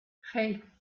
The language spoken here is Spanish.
hey